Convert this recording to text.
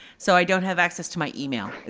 so i don't have access to my email is